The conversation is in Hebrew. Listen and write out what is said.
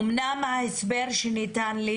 אומנם ההסבר שניתן לי